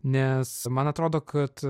nes man atrodo kad